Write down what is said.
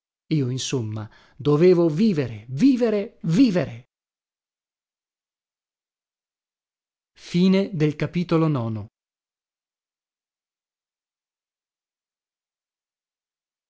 io insomma dovevo vivere vivere vivere x